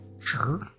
Sure